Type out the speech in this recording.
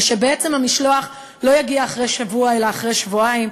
ושבעצם המשלוח לא יגיע אחרי שבוע אלא אחרי שבועיים,